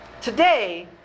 today